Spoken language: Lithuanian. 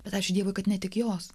bet ačiū dievui kad ne tik jos